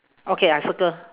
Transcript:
okay I circle